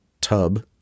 tub